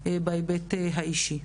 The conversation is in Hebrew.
זה בהיבט האישי.